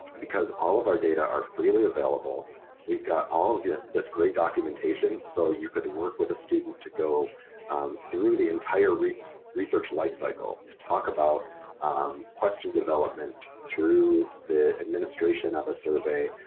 because all of our data are freely available we've got all of yeah this great documentation, so you could work with a student to go through the entire research research lifecycle to talk about question development through the administration of a survey,